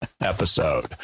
episode